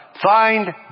find